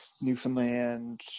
newfoundland